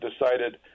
decided